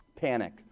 Panic